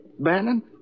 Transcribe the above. bannon